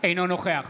אינו נוכח